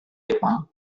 jepang